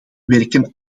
werken